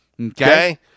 okay